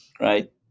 right